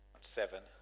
Seven